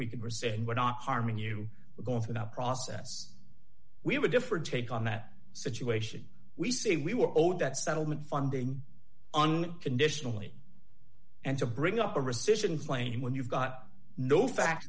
not harming you we're going through that process we have a different take on that situation we say we were owed that settlement funding on conditionally and to bring up a rescission claim when you've got no fa